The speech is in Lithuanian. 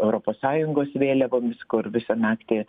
europos sąjungos vėliavomis kur visą naktį